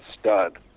stud